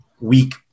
week